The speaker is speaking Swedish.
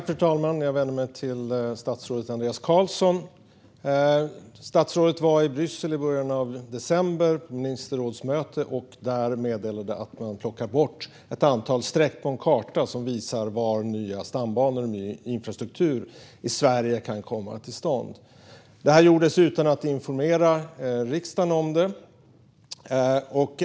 Fru talman! Jag vänder mig till statsrådet Andreas Carlson. Statsrådet var på ministerrådsmöte i Bryssel i början av december. Där meddelade han att man plockar bort ett antal streck på en karta som visar var nya stambanor och ny infrastruktur i Sverige kan komma till stånd. Detta gjordes utan att riksdagen informerades.